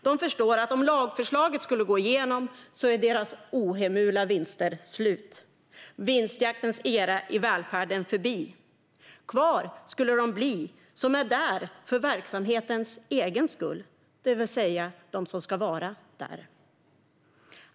De förstår att om lagförslaget skulle gå igenom är det slut med deras ohemula vinster, och vinstjaktens era i välfärden är förbi. Kvar skulle de bli som är där för verksamhetens egen skull, det vill säga de som ska vara där.